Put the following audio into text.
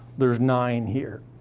there's nine here.